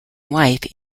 wife